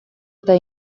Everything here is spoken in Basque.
eta